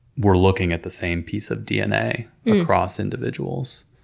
we're looking at the same piece of dna across individuals.